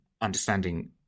understanding